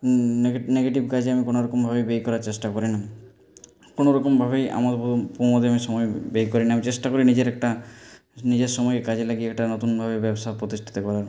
নেগে negative কাজে আমি কোনো রকমভাবে ব্যয় করার চেষ্টা করি না কোনো রকমভাবেই আমোদে প্রমোদে আমি সময় ব্যয় করি না আমি চেষ্টা করি নিজের একটা নিজের সময় কাজে লাগিয়ে একটা নতুনভাবে ব্যবসা প্রতিষ্ঠাতা করার